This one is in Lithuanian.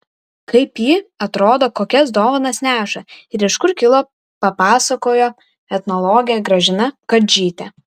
kaip ji atrodo kokias dovanas neša ir iš kur kilo papasakojo etnologė gražina kadžytė